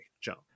jump